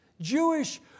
Jewish